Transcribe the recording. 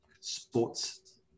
sports